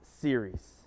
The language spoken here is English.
series